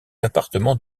appartements